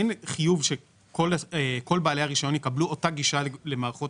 אין חיוב שכל בעלי הרישיון יקבלו אותה גישה למערכות